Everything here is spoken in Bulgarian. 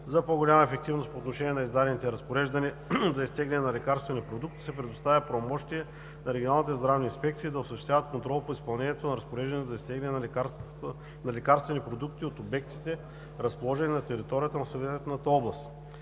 За по-голяма ефективност по отношение на издадените разпореждания за изтегляне на лекарствени продукти се предоставя правомощие на регионалните здравни инспекции да осъществяват контрол по изпълнението на разпорежданията за изтегляне на лекарствени продукти от обектите, разположени на територията на съответната област.